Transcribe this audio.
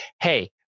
hey